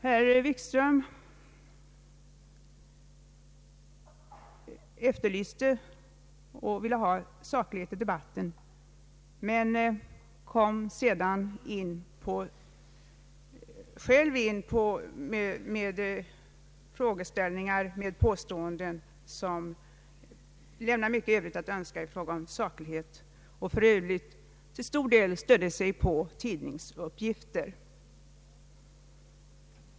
Herr Wikström efterlyste saklighet i debatten men kom sedan själv med påståenden som lämnar mycket övrigt att önska i fråga om saklighet och som för övrigt till stor del grundades på tidningsartiklar.